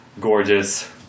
gorgeous